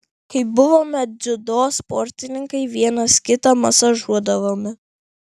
kai buvome dziudo sportininkai vienas kitą masažuodavome